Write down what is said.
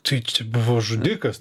tai čia buvo žudikas